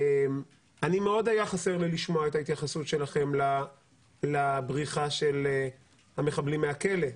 מאוד היה חסר לי לשמוע את ההתייחסות שלכם לבריחה של המחבלים מהכלא.